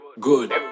good